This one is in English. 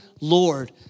Lord